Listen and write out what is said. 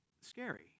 scary